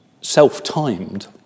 self-timed